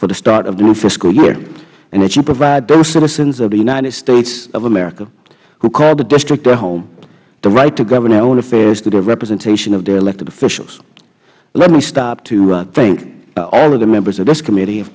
for the start of the new fiscal year and that you provide those citizens of the united states of america who call the district their home the right to govern their own affairs through the representation of their elected officials let me stop to thank all of the members of this comm